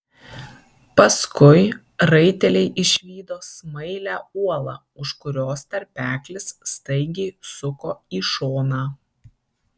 paskui raiteliai išvydo smailią uolą už kurios tarpeklis staigiai suko į šoną